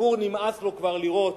לציבור נמאס כבר לראות